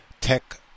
tech